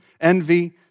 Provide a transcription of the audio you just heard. envy